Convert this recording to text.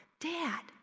Dad